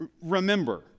Remember